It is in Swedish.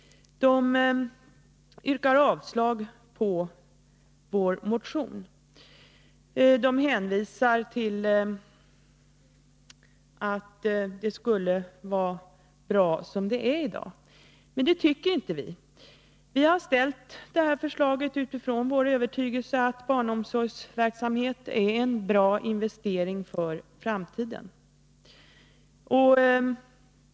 Utskottet hänvisar till att det är bra som det är i dag, men det tycker inte vi. Vi har framställt detta förslag utifrån vår övertygelse att barnomsorgsverksamhet är en bra investering för framtiden.